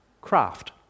craft